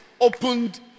opened